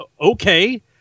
okay